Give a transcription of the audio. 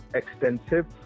extensive